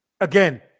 again